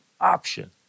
option